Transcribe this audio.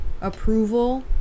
approval